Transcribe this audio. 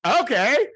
okay